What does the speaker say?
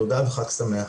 תודה וחג שמח.